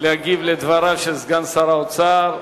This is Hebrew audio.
להגיב על דבריו של סגן שר האוצר,